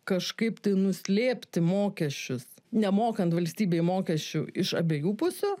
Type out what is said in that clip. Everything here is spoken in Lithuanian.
kažkaip tai nuslėpti mokesčius nemokant valstybei mokesčių iš abiejų pusių